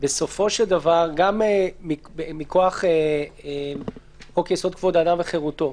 בסופו של דבר גם מכוח חוק יסוד: כבוד האדם וחירותו,